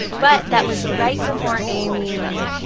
but that was right before amy